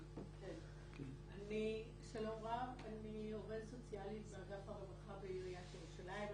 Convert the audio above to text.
אני עובדת סוציאלית באגף הרווחה בעיריית ירושלים,